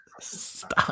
Stop